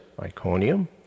Iconium